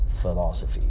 philosophy